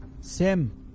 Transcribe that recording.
Sim